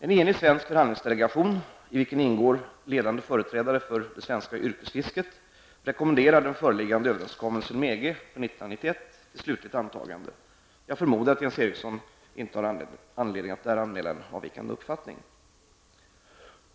En enig svensk förhandlingsdelegation, i vilken ingår ledande företrädare för det svenska yrkesfisket, rekommenderar den föreliggande överenskommelsen med EG för 1991 till slutligt antagande. Jag förmodar att Jens Eriksson inte har anledning att där anmäla en avvikande uppfattning.